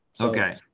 Okay